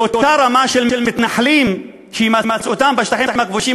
באותה רמה של מתנחלים שהימצאותם בשטחים הכבושים